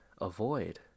avoid